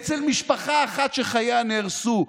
אצל משפחה אחת שחייה נהרסו.